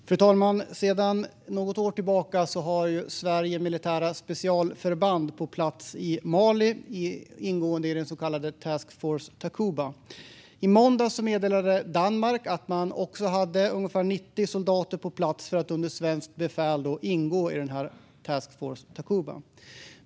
Fru talman! Sedan något år tillbaka har Sverige militära specialförband på plats i Mali ingående i den så kallade Task Force Takuba. I måndags meddelade Danmark att man också hade ungefär 90 soldater på plats för att under svenskt befäl ingå i Task Force Takuba.